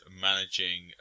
managing